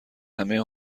همه